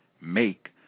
make